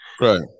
Right